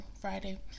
Friday